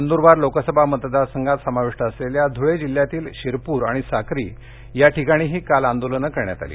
नंद्रबार लोकसभा मतदारसंघात समाविष्ट असलेल्या धुळे जिल्ह्यातील शिरपूर आणि साक्री या ठिकाणीही काल आंदोलनं करण्यात आली